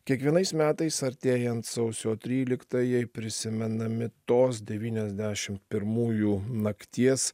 kiekvienais metais artėjant sausio tryliktajai prisimenami tos devyniasdešimt pirmųjų nakties